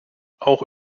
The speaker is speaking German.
auch